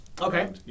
Okay